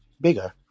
bigger